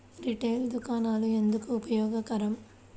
Retail దుకాణాలు ఎందుకు ఉపయోగకరం?